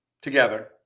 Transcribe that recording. together